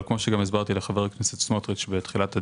אבל כפי שהסברתי גם לחבר הכנסת סמוטריץ' בתחילת הדיון,